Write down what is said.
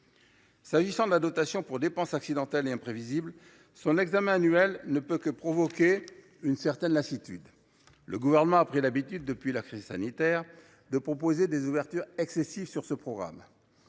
qui concerne la dotation pour dépenses accidentelles et imprévisibles, son examen annuel ne peut que provoquer une certaine lassitude. Le Gouvernement a pris l’habitude, depuis la crise sanitaire, de proposer des ouvertures excessives sur ce programme.